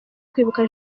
kwibuka